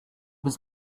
was